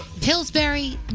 Pillsbury